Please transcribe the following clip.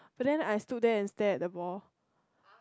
but then I stood there and stare at the ball